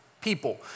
people